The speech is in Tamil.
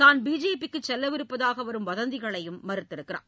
தான் பிஜேபி க்கு செல்லவிருப்பதாக வரும் வதந்தியையும் மறுத்துள்ளார்